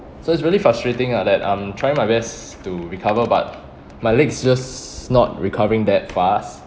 so it's really frustrating ah that I'm trying my best to recover but my leg's just not recovering that fast